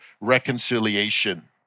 reconciliation